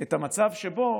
את המצב שבו